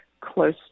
close